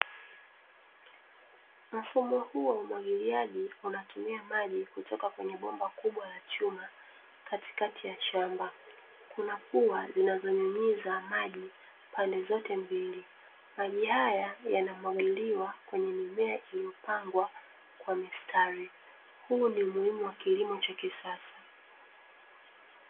Mfumo huu wa umwagiliaji unatumia maji kutoka kwenye bomba kubwa la chuma katikati ya shamba, kuna pua zinazonyunyiza maji pande zote mbili, maji haya yanamwagiliwa kwenye mimea iliyopangwa kwa mistari, huu ni umuhimu wa kilimo cha kisasa.